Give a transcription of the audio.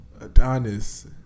Adonis